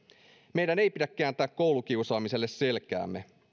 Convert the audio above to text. meidän ei pidä kääntää koulukiusaamiselle selkäämme